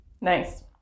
Nice